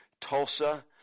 Tulsa